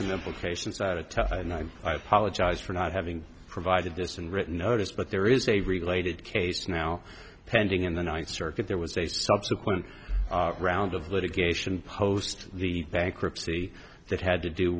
some implications that a tough and i apologize for not having provided this and written notice but there is a related case now pending in the ninth circuit there was a subsequent round of litigation post the bankruptcy that had to do